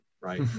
right